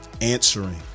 answering